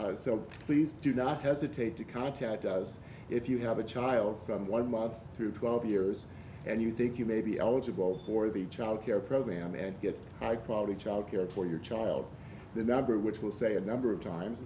children so please do not hesitate to contact us if you have a child from one mile through twelve years and you think you may be eligible for the child care program and get high quality child care for your child the number which will say a number of times